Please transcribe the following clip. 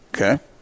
okay